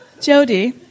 Jody